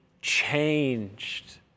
changed